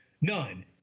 none